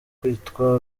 kwitwa